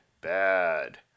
bad